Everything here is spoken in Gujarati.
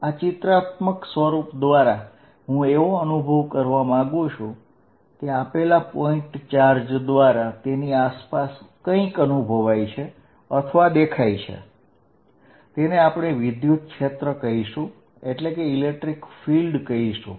આ ચિત્રાત્મક સ્વરૂપ દ્વારા હું એવો અનુભવ કરવા માગું છું કે આપેલા પોઇન્ટ ચાર્જ દ્વારા તેની આસપાસ કંઈક અનુભવાય છે અથવા દેખાય છે તેને આપણે વિદ્યુતક્ષેત્ર કહીશું એટલે કે ઇલેક્ટ્રિક ફીલ્ડ કહીશું